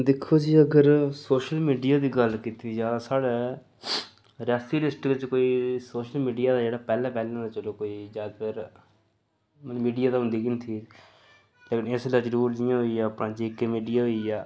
दिक्खो जी अगर सोशल मीडिया दी गल्ल कीती जा साढ़े रियासी डिस्ट्रिक च कोई सोशल मीडिया दा जेह्ड़ा पैह्लें पैह्ला दा चलो कोई जैदातर मीडिया ते होंदी गै थी इसलै जरूर जि'यां होई गेआ जेके मीडिया होई गेआ